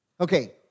Okay